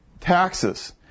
Taxes